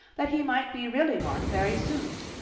that he might be really one very soon.